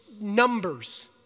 numbers